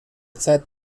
zeit